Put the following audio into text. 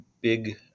big